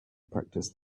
practice